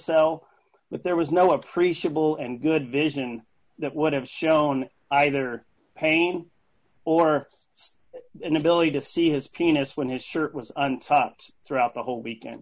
cell but there was no appreciable and good vision that would have shown either pain or inability to see his penis when his shirt was on top throughout the whole weekend